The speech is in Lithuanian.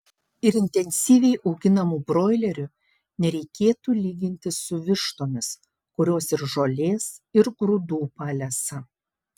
ir intensyviai auginamų broilerių nereikėtų lyginti su vištomis kurios ir žolės ir grūdų palesa